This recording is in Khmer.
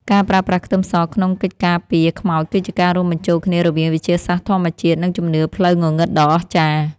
ការប្រើប្រាស់ខ្ទឹមសក្នុងកិច្ចការពារខ្មោចគឺជាការរួមបញ្ចូលគ្នារវាងវិទ្យាសាស្ត្រធម្មជាតិនិងជំនឿផ្លូវងងឹតដ៏អស្ចារ្យ។